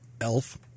elf